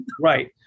Right